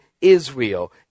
Israel